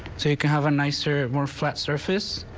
so you can have a nicer more flat surface.